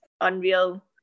unreal